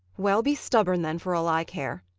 well, be stubborn then for all i care.